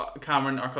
Cameron